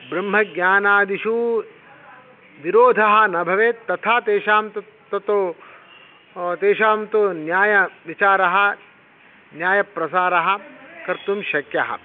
ब्रह्मज्ञानादिषु विरोधः न भवेत् तथा तेषां तु न्यायविचारः न्यायप्रसारः कर्तुं शक्यः